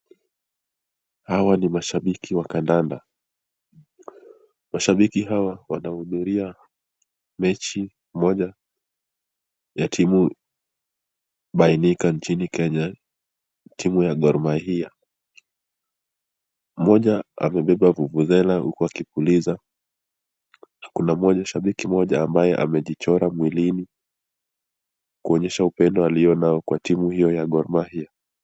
Hawa ni mashabiki wa kandanda. Mashabiki hawa wanahudhuria mechi moja ya timu bainika nchini Kenya timu ya Gor Mahia. Mmoja amebeba vuvuzela huku akipuliza na kuna mwanashabiki mmoja ambaye amejichora mwilini kuonyesha upendo aliyonayo kwa timu hiyo ya Gor Mahia.